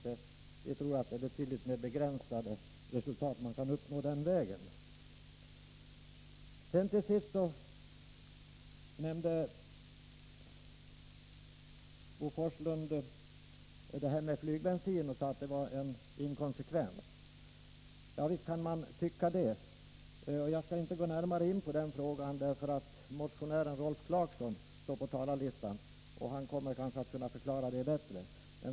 Vi tror att man den vägen kan uppnå betydligt mer begränsade resultat än med vårt förslag. Till sist nämnde Bo Forslund skatten på flygbensin. Han sade att vår uppfattning är inkonsekvent. Visst kan man tycka det. Jag skall inte gå närmare in på den frågan. Motionären Rolf Clarkson står på talarlistan och kommer att kunna förklara vår inställning bättre än jag kan.